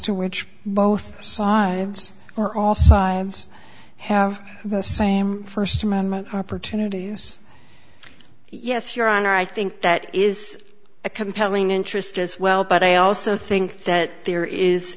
to which both sides or all sides have the same first amendment opportunity yes your honor i think that is a compelling interest as well but i also think that there